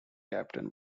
captain